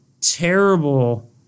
terrible